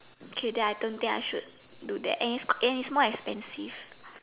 okay then I don't think I should do that and it's and it's more expensive